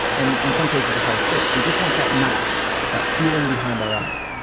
and in some cases, the highest stakes. we just want that nod that feeling behind our eyes.